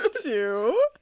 two